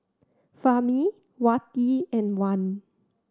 Fahmi Wati and Wan